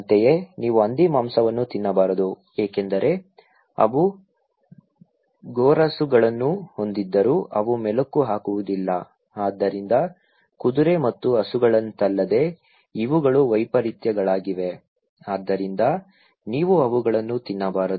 ಅಂತೆಯೇ ನೀವು ಹಂದಿಮಾಂಸವನ್ನು ತಿನ್ನಬಾರದು ಏಕೆಂದರೆ ಅವು ಗೊರಸುಗಳನ್ನು ಹೊಂದಿದ್ದರೂ ಅವು ಮೆಲುಕು ಹಾಕುವುದಿಲ್ಲ ಆದ್ದರಿಂದ ಕುದುರೆ ಮತ್ತು ಹಸುಗಳಂತಲ್ಲದೆ ಇವುಗಳು ವೈಪರೀತ್ಯಗಳಾಗಿವೆ ಆದ್ದರಿಂದ ನೀವು ಅವುಗಳನ್ನು ತಿನ್ನಬಾರದು